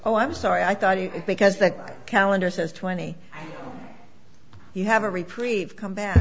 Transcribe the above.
oh i'm sorry i thought because the calendar says twenty you have a reprieve come back